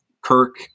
Kirk